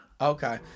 Okay